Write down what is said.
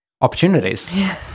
opportunities